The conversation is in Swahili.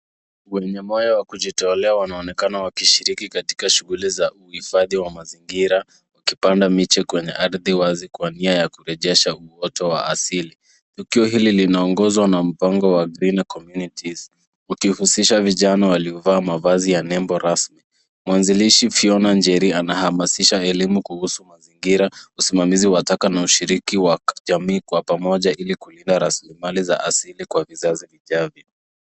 Wenye moyo wa kujitolea wanaonekana wakishiriki katika shughuli za uhifadhi wa mazingira. Wakipanda miche kwenye ardhi wazo kwa nia ya kurejesha mwongozo wa asili. Tukio hili linaongozwa na mpango wa green communitys ukihusisha vijana waliovaa mavazi ya nembo rasmi. Mwanzilishi Fiona Njeri anahamasisha elimu kuhusu mazingira usimamizi wa taka na ushirika wa jamii kwa pamoja ili kulinda rasilimali za asili kwa vizazi vijavyo.